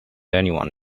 anyone